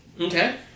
Okay